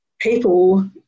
people